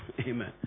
Amen